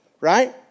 right